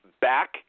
back